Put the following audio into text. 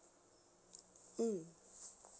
mm